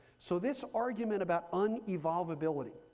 so this argument about unevolvability,